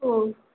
होय